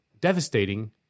devastating